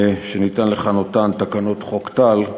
שניתן לכנותן תקנות חוק טל,